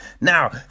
Now